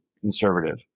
conservative